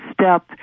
step